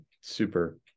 super